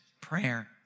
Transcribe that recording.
prayer